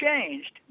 changed